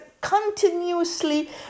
continuously